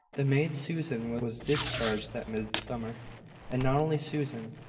the maid susan was discharged at midsummer and not only susan.